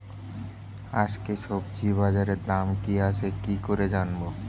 আজকে সবজি বাজারে দাম কি আছে কি করে জানবো?